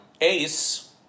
Ace